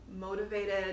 motivated